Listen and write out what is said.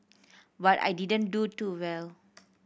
but I didn't do too well